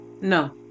No